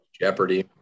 Jeopardy